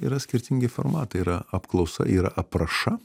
yra skirtingi formatai yra apklausa yra apraša